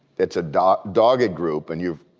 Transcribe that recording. it's a doggett doggett group and you've,